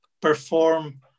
perform